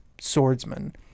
swordsman